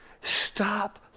Stop